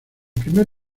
primer